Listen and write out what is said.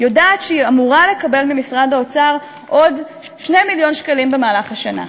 יודעת שהיא אמורה לקבל ממשרד האוצר עוד 2 מיליון שקלים במהלך השנה,